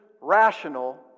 rational